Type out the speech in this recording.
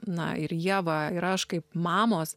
na ir ieva ir aš kaip mamos